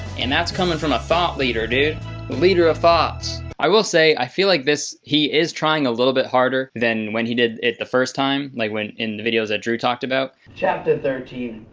and that's coming from a thought leader, dude. the leader of thoughts. i will say, i feel like this. he is trying a little bit harder than when he did it the first time. like when in the videos that drew talked about. chapter thirteen.